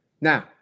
now